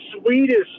sweetest